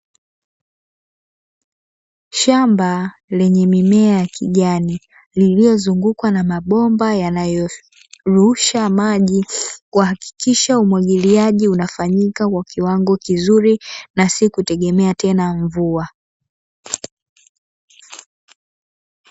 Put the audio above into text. Shamba lenye mimea ya kijani liliyozungukwa na mabomba yanayorusha maji kuhakikisha umwagiliaji unafanyika kwa kiwango kizuri na si kutegemea tena mvua.